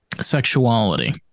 sexuality